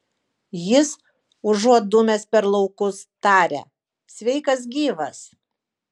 jis užuot dūmęs per laukus taria sveikas gyvas